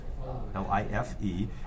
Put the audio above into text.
L-I-F-E